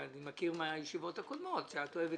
אני מכיר מן הישיבות הקודמות שאת אוהבת